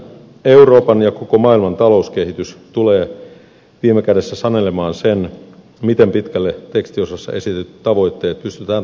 euroopan ja koko maailman talouskehitys tulee viime kädessä sanelemaan sen miten pitkälle tekstiosassa esitetyt tavoitteet pystytään toteuttamaan